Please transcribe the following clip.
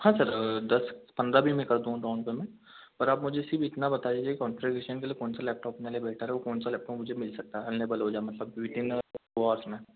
हाँ सर दस पंद्रह भी मैं कर दूँगा डाउन पेमेंट पर आप मुझे सिर्फ इतना बता दीजिए कॉन्फिगरेशन के लिए कौन सा लैपटाॅप मेरे लिए बेटर है और कौन सा लेपटॉप मुझे मिल सकता है अवलेबल हो जाए मतलब में इन में